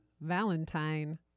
VALENTINE